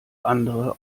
andere